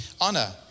honor